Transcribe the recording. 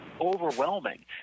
overwhelming